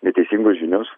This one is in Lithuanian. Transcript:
neteisingos žinios